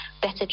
better